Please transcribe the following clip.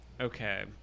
Okay